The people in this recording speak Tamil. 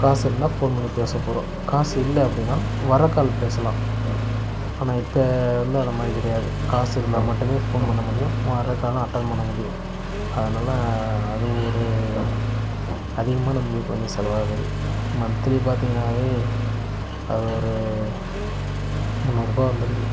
காசு இருந்தால் ஃபோன் பண்ணி பேசப்போகிறோம் காசு இல்ல அப்படின்னா வர்ற கால் பேசலாம் ஆனால் இப்போ எல்லாம் அந்தமாதிரி கிடையாது காசு இருந்தால் மட்டுமே ஃபோன் பண்ண முடியும் வர்ற கால் அட்டன் பண்ண முடியும் அதனால அது ஒரு அதிகமாக நம்மளுக்கு வந்து செலவாகுது மந்த்லி பார்த்திங்கனாவே அது ஒரு முன்னூறுரூபா வந்துடுது